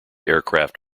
aircraft